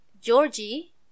Georgie